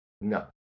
No